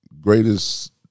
greatest